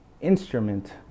instrument